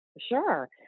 sure